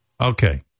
Okay